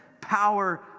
power